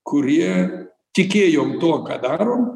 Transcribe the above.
kurie tikėjom tuo ką darom